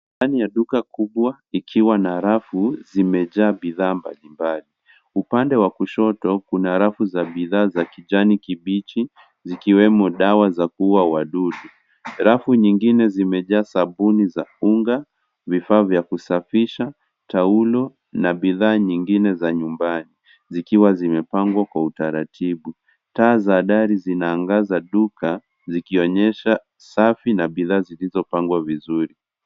Ndani ya duka kubwa ikiwa na rafu zimejaa bidhaa mbalimbali. Upande wa kushoto kuna rafu za bidhaa za kijani kibichi zikiwemo dawa za kuua wadudu. Rafu nyingine zimejaa sabuni za unga, vifaa vya kusafisha, taulo na bidhaa nyingine za nyumbani zikiwa zimepangwa kwa utaratibu. Taa za dari zinaangaza duka zikionyesha safi na bidhaa zilizopangwa vizuri.